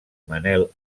manel